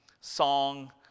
song